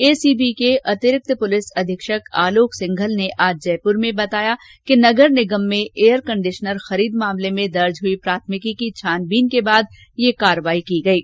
ACB के अतिरिक्त police अधीक्षक आलोक सिंघल ने आज जयपुर में बताया कि नगर निगम में एयर कंडीशनर खरीद मामले में दर्ज हुई प्राथमिकी की छानबीन के बाद यह कार्यवाही की गई है